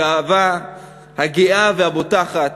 הגאה והבוטחת,